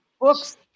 books